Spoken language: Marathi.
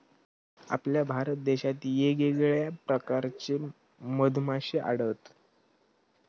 आपल्या भारत देशात येगयेगळ्या प्रकारचे मधमाश्ये आढळतत